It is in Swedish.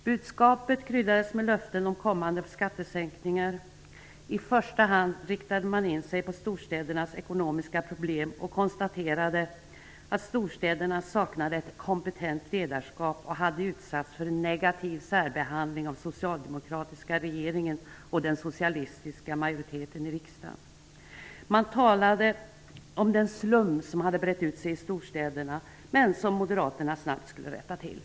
Budskapet kryddades med löften om kommande skattesänkningar. I första hand riktade man in sig på storstädernas ekonomiska problem och konstaterade att storstäderna saknade ett ''kompetent ledarskap'' och hade utsatts för ''en negativ särbehandling av den socialdemokratiska regeringen och den socalistiska majoriteten i riksdagen''. Man talade om den slum som hade brett ut sig i storstäderna och som Moderaterna snabbt skulle rätta till.